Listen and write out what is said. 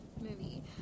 movie